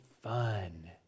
fun